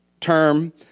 term